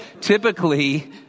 typically